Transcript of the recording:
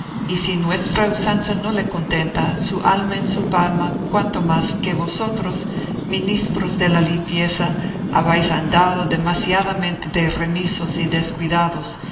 y si nuestra usanza no le contenta su alma en su palma cuanto más que vosotros ministros de la limpieza habéis andado demasiadamente de remisos y descuidados